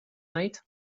night